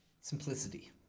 Simplicity